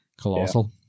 colossal